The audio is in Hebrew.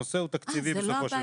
הנושא הוא תקציבי בסופו של דבר.